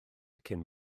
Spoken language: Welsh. cyn